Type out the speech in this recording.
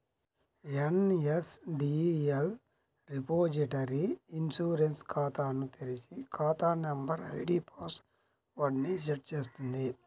NSDL repository e insurance ఖాతాను తెరిచి, ఖాతా నంబర్, ఐడీ పాస్ వర్డ్ ని సెట్ చేస్తుంది